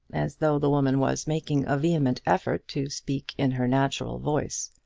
as though the woman was making a vehement effort to speak in her natural voice.